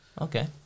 okay